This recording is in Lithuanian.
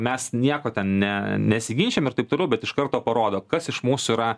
mes nieko ten ne nesiginčijam ir taip toliau bet iš karto parodo kas iš mūsų yra